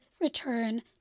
return